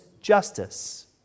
justice